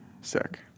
Sick